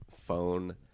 phone